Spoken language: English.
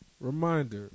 reminder